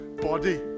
body